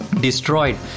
destroyed